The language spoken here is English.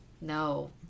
No